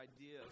idea